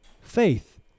faith